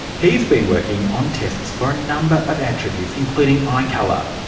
he's been working on tests for a number of attributes, including eye colour.